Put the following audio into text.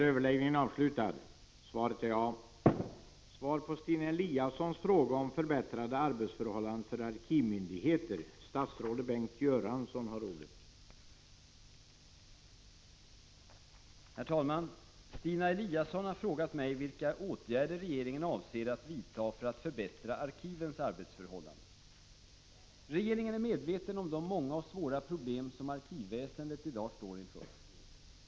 Herr talman! Stina Eliasson har frågat mig vilka åtgärder regeringen avser att vidta för att förbättra arkivens arbetsförhållanden. Regeringen är medveten om de många och svåra problem som arkivväsendet i dag står inför.